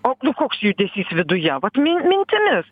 o nu koks judesys viduje vat min mintimis